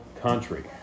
country